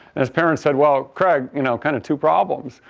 and his parents said well, craig you know kind of two problems.